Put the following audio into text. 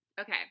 Okay